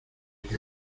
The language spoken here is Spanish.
que